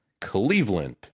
Cleveland